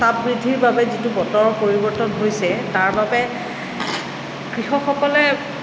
তাপ বৃদ্ধিৰ বাবে যিটো পৰিৱৰ্তন হৈছে তাৰ বাবে কৃষকসকলে